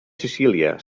sicília